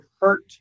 hurt